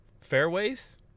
fairways